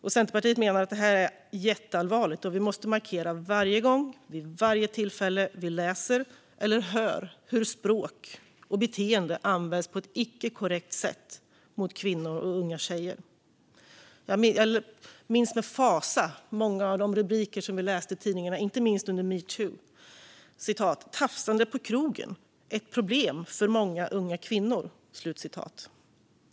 Centerpartiet menar att detta är jätteallvarligt och att vi måste markera varje gång, vid varje tillfälle som vi läser eller hör hur språk och beteende används på ett icke korrekt sätt mot kvinnor och unga tjejer. Jag minns med fasa många av de rubriker vi har kunnat läsa i tidningarna, inte minst under metoo. Ett exempel: "Tafsande på krogen - ett problem för många unga kvinnor."